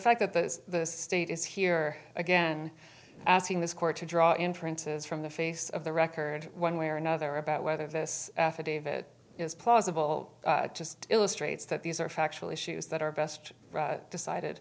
fact that the state is here again asking this court to draw inferences from the face of the record one way or another about whether this affidavit is plausible just illustrates that these are factual issues that are best decided